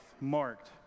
marked